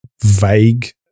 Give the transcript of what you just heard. vague